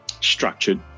structured